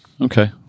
Okay